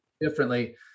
Differently